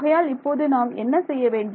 ஆகையால் இப்போது நாம் என்ன செய்ய வேண்டும்